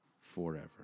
forever